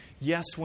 yes